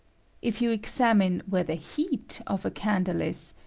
if you examine where the heat of a candle is,